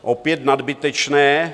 Opět nadbytečné.